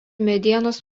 medienos